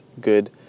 good